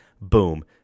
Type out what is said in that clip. Boom